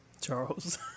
Charles